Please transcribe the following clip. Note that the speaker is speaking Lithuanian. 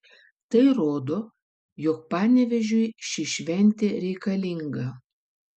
tai rodo jog panevėžiui ši šventė reikalinga